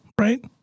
right